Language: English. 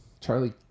Charlie